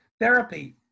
therapy